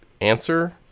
Answer